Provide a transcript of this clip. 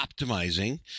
optimizing